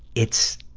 it's,